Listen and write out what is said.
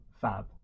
Fab